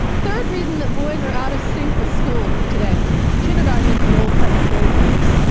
third reason that boys are out of sync with school today kindergarten is the old second grade, folks.